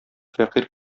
фәкыйрь